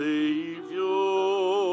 Savior